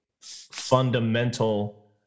fundamental